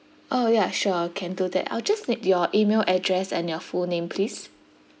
orh ya sure can do that I'll just need your email address and your full name please